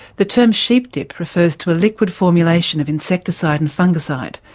the term sheep dip refers to a liquid formulation of insecticide and fungicide,